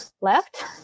left